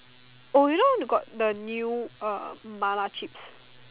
oh you know got the new uh mala chips